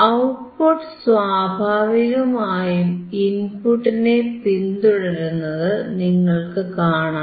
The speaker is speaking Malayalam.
ഔട്ട്പുട്ട് സ്വാഭാവികമായും ഇൻപുട്ടിനെ പിന്തുടരുന്നത് നിങ്ങൾക്കു കാണാം